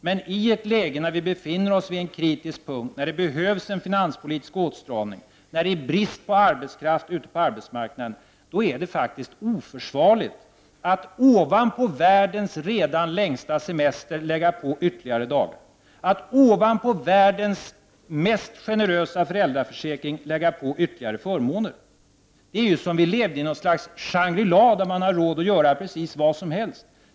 Men i detta läge, när vi befinner oss vid en kritisk punkt då det behövs en finanspolitisk åtstramning och då det är brist på arbetskraft ute på arbetsmarknaden, är det faktiskt oförsvarligt att ovanpå världens redan längsta semester lägga på ytterligare dagar och att ovanpå världens mest generösa föräldraförsäkring lägga på ytterligare förmåner. Det är som om vi levde i något slags Shangri-la, där man har råd att göra precis vad som helst.